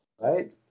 right